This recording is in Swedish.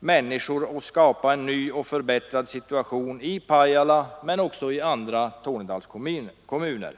människor och skapa en ny och förbättrad situation i Pajala men också i andra Tornedalskommuner.